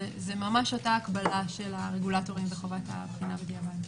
זאת ממש אותה הקבלה של הרגולטורים בחובת הבחינה בדיעבד.